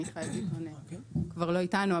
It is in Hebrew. מיכאל כבר לא איתנו,